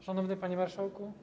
Szanowny Panie Marszałku!